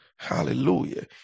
Hallelujah